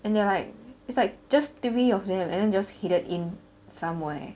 and there are like it's like just three of them and then just headed in some where